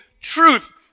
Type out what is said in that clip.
truth